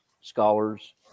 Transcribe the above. scholars